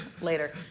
later